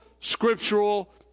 scriptural